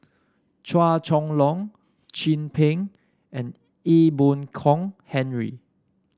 Chua Chong Long Chin Peng and Ee Boon Kong Henry